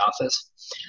office